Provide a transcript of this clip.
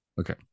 Okay